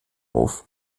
auf